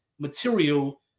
material